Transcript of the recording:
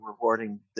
rewarding